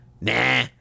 nah